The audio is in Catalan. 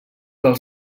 del